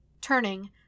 Turning